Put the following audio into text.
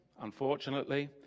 unfortunately